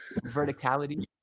Verticality